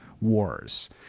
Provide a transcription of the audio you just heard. wars